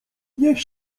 niech